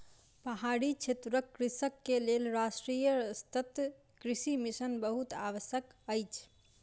पहाड़ी क्षेत्रक कृषक के लेल राष्ट्रीय सतत कृषि मिशन बहुत आवश्यक अछि